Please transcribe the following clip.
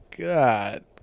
God